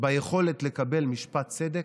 ביכולת לקבל משפט צדק,